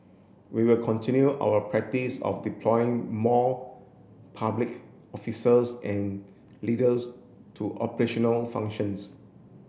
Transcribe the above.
we will continue our practice of deploying more public officers and leaders to operational functions